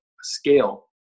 scale